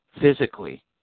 physically